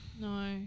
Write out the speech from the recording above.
no